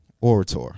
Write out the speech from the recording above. Orator